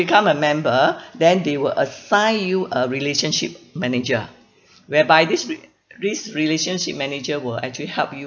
become a member then they will assign you a relationship manager whereby this re~ this relationship manager will actually help you